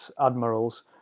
admirals